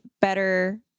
better